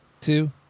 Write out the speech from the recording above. two